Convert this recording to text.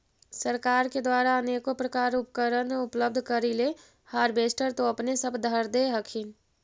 सरकार के द्वारा अनेको प्रकार उपकरण उपलब्ध करिले हारबेसटर तो अपने सब धरदे हखिन?